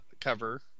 cover